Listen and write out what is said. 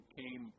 came